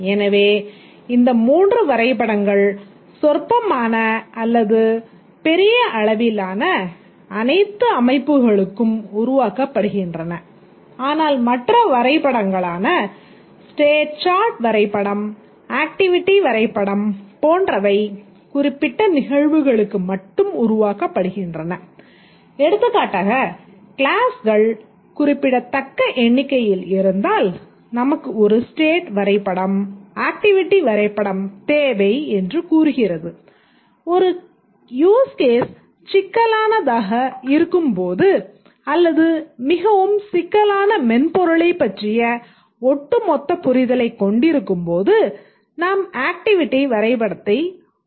எனவே இந்த மூன்று வரைபடங்கள் சொற்பமான அல்லது பெரிய அளவிலான அனைத்து அமைப்புகளுக்கும் உருவாக்கப்படுகின்றன ஆனால் மற்ற வரைபடங்களான ஸ்டேட் சார்ட் வரைபடம் ஆக்ட்டிவிட்டி வரைபடம் போன்றவை குறிப்பிட்ட நிகழ்வுகளுக்கு மட்டும் உருவாக்கப்படுகின்றன எடுத்துக்காட்டாக க்ளாஸ்கள் குறிப்பிடத்தக்க எண்ணிக்கையில் இருந்தால் நமக்கு ஒரு ஸ்டேட் வரைப்பபடம் ஆக்ட்டிவிட்டி வரைபடம் தேவை என்று கூறுகிறது ஒரு யூஸ் கேஸ் சிக்கலானதாக இருக்கும்போது அல்லது மிகவும் சிக்கலான மென்பொருளைப் பற்றிய ஒட்டுமொத்த புரிதலை கொண்டிருக்கும்போது நாம் ஆக்ட்டிவிட்டி வரைபடத்தை உருவாக்குகிறோம்